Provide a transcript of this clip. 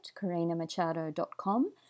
karinamachado.com